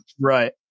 Right